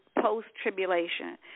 post-tribulation